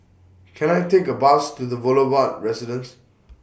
Can I Take A Bus to The Residence